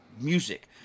music